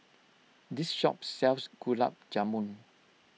this shop sells Gulab Jamun